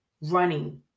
running